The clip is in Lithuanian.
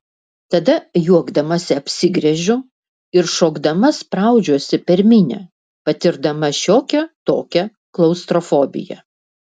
tada juokdamasi apsigręžiu ir šokdama spraudžiuosi per minią patirdama šiokią tokią klaustrofobiją